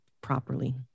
properly